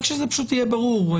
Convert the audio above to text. רק שזה פשוט יהיה ברור.